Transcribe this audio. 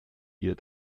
ihr